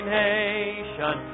nation